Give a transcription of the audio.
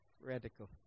Radical